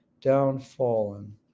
downfallen